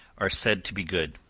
are said to be good.